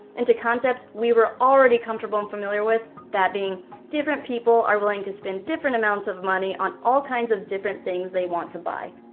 into concepts we were already comfortable and familiar with, that being different people are willing to spend different amounts of money on all kinds of different things they want to buy.